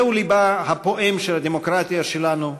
זהו לבה הפועם של הדמוקרטיה שלנו,